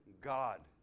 God